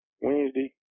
Wednesday